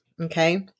okay